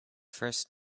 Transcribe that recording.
first